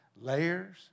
Layers